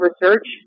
research